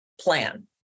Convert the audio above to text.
plan